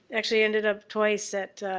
actually ended up twice at